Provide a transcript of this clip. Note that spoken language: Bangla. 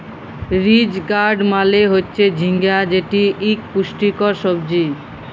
রিজ গার্ড মালে হচ্যে ঝিঙ্গা যেটি ইক পুষ্টিকর সবজি